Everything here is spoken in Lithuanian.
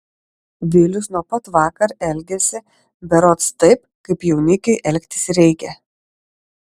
vilius nuo pat vakar elgiasi berods taip kaip jaunikiui elgtis reikia